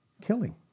killing